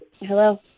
Hello